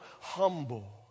humble